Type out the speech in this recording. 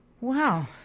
Wow